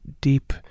deep